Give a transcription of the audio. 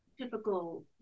Typical